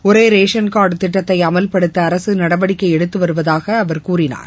ஒரே ரேஷன்கார்டு திட்டத்தை அமல்படுத்த அரசு நடவடிக்கை எடுத்து வருவதாக அவர் கூறினார்